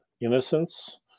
innocence